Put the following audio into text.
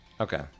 Okay